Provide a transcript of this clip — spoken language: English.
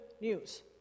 news